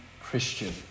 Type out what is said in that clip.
Christian